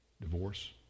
divorce